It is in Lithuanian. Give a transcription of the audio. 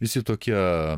visi tokie